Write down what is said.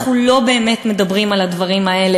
אנחנו לא באמת מדברים על הדברים האלה,